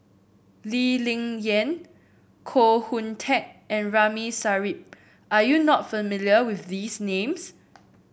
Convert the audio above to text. Lee Ling Yen Koh Hoon Teck and Ramli Sarip Are you not familiar with these names